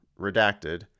redacted